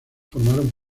formaron